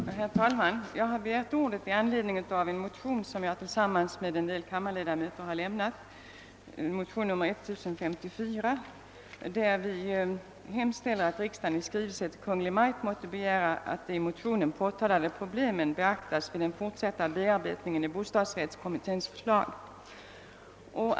Herr talman! Jag har begärt ordet i anledning av en motion som jag har väckt tillsammans med några andra kammarledamöter, nr 1054, där vi hemställer »att riksdagen i skrivelse till Kungl. Maj:t måtte begära att de i motionerna påtalade problemen beaktas vid den fortsatta bearbetningen av bostadsrättskommitténs förslag».